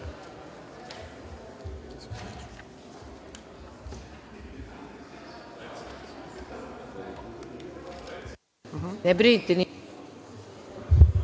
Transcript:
Hvala.